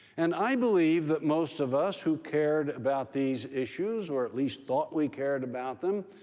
and i believe that most of us who cared about these issues, or at least thought we cared about them,